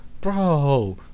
Bro